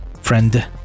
Friend